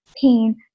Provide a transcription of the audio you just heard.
pain